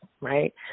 right